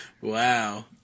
Wow